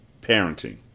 parenting